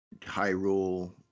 Hyrule